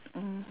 mmhmm